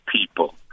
people